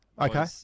Okay